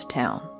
town